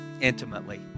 Intimately